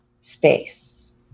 space